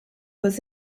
was